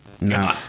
No